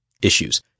issues